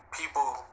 people